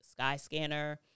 Skyscanner